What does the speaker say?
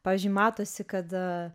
pavyzdžiui matosi kad